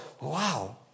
wow